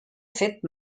fet